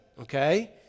okay